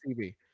TV